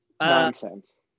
nonsense